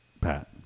Pat